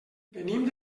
venim